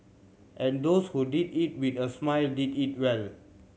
and those who did it with a smile did it well